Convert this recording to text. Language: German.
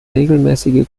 regelmäßige